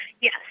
Yes